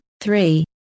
three